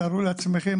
תארו לעצמכם,